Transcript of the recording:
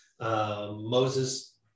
Moses